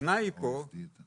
הסכנה היא פה שסטודנט